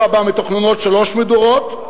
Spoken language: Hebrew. בשבוע הבא מתוכננות שלוש מדורות,